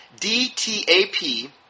DTAP